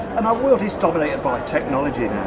um our world is dominated by technology